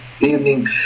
evening